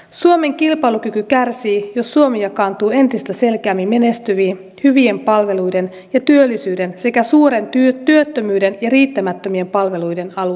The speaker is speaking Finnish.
suomen kilpailukyky kärsii jos suomi jakaantuu entistä selkeämmin menestyviin hyvien palveluiden ja työllisyyden alueisiin sekä suuren työttömyyden ja riittämättömien palveluiden alueisiin